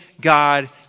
God